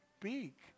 speak